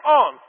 on